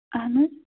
اَہَن حظ